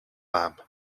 lamb